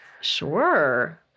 sure